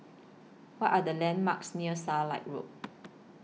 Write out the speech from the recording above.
What Are The landmarks near Starlight Road